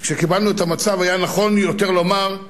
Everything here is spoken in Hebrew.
כשקיבלנו את המצב, היה נכון יותר לומר,